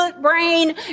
brain